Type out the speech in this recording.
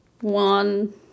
one